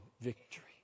victory